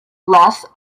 less